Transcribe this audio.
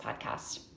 podcast